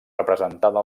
representada